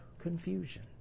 confusion